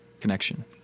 connection